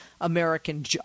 American